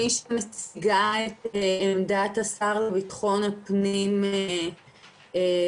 מי שמציגה את עמדת השר לביטחון הפנים זאת